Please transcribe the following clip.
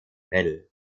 fell